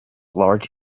large